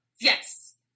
Yes